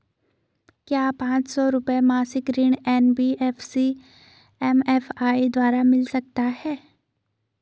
क्या पांच सौ रुपए मासिक ऋण एन.बी.एफ.सी एम.एफ.आई द्वारा मिल सकता है?